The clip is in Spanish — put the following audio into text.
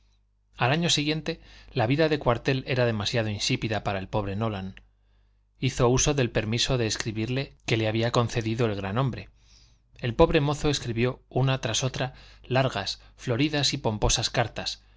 al año siguiente la vida de cuartel era demasiado insípida para el pobre nolan hizo uso del permiso de escribirle que le había concedido el gran hombre el pobre mozo escribió una tras otra largas floridas y pomposas cartas